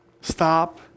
Stop